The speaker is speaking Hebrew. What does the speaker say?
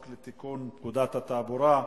לתיקון פקודת התעבורה (מס'